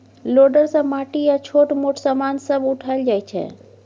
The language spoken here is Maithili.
लोडर सँ माटि आ छोट मोट समान सब उठाएल जाइ छै